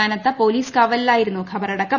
കനത്ത പോലീസ് കാവിട്ടിലായിരുന്നു ഖബറടക്കം